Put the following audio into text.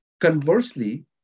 Conversely